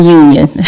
union